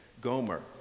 Gomer